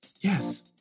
Yes